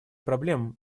проблем